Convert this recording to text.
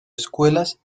escuelas